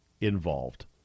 involved